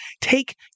take